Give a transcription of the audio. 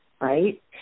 right